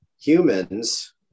humans